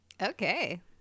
Okay